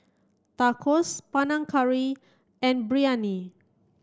Tacos Panang Curry and Biryani